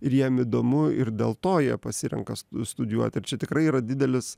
ir jiem įdomu ir dėl to jie pasirenka studijuoti ir čia tikrai yra didelis